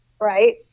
right